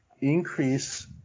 increase